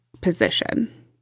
position